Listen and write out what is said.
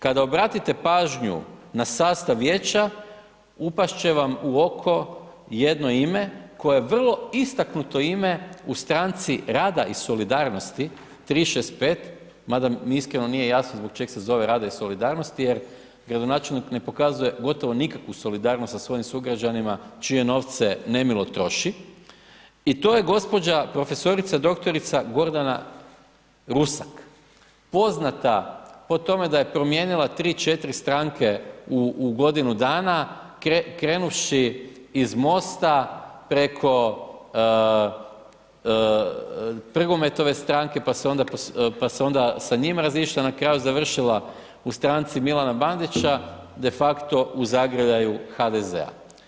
Kada obratite pažnju na sastav Vijeća, upast će vam u oko jedno ime, koje je vrlo istaknuto ime u Stranci rada i solidarnosti 365, mada mi iskreno nije jasno zbog čega se zove rada i solidarnosti, jer gradonačelnik ne pokazuje gotovo nikakvu solidarnost sa svojim sugrađanima čije novce nemilo troši, i to je gospođa profesorica doktorica Gordana Rusak, poznata po tome da je promijenila tri, četiri stranke u godinu dana, krenuvši iz MOST-a, preko Prgometove stranke, pa se onda sa njim razišla, na kraju završila u stranci Milana Bandića, de facto u zagrljaju HDZ-a.